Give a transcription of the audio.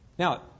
Now